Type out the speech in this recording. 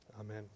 amen